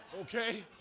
okay